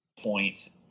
point